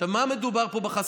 עכשיו, על מה מדובר פה בחסינות?